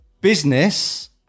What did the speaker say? business